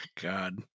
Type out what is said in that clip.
God